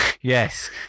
Yes